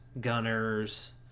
gunners